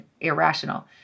irrational